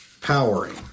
powering